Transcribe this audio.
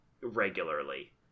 regularly